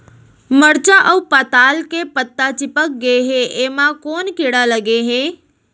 मरचा अऊ पताल के पत्ता चिपक गे हे, एमा कोन कीड़ा लगे है?